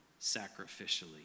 sacrificially